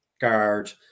guard